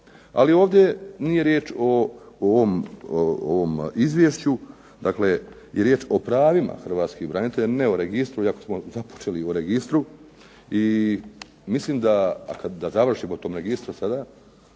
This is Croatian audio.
Ali ovdje nije riječ o ovom izvješću, nego je riječ o pravima Hrvatskih branitelja, ne o registru iako smo započeli i o registru. I mislim da završim o tom registru sada.